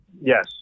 Yes